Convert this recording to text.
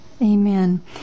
Amen